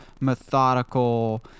methodical